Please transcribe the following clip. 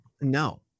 No